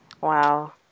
wow